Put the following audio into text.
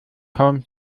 kaum